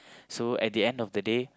so at the end of the day